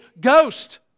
ghost